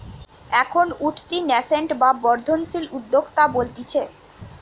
এখন উঠতি ন্যাসেন্ট বা বর্ধনশীল উদ্যোক্তা বলতিছে